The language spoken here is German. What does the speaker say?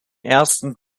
ersten